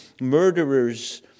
murderers